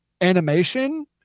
animation